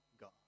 God